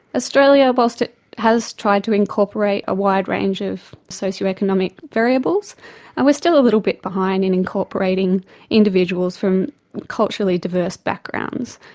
australia, whilst it has tried to incorporate a wide range of socio economic variables and we're still a little bit behind in incorporating individuals from culturally diverse backgrounds,